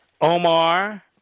Omar